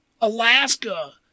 Alaska